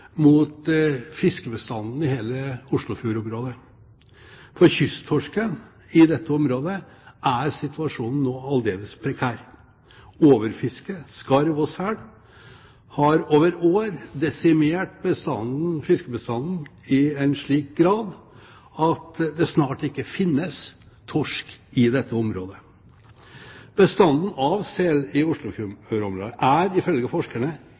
mot fiskebestanden i hele Oslofjordområdet. For kysttorsken i dette området er situasjonen nå aldeles prekær. Overfiske, skarv og sel har over år desimert fiskebestanden i en slik grad at det snart ikke finnes torsk i dette området. Bestanden av sel i Oslofjordområdet er, ifølge forskerne,